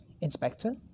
Inspector